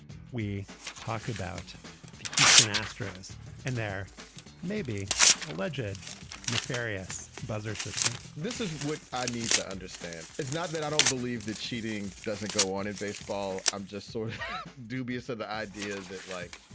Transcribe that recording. we talked about the houston astros and their maybe alleged nefarious buzzer system this is what i need to understand. it's not that i don't believe that cheating doesn't go on in baseball. i'm just sort of dubious of the idea that, like,